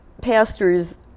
pastors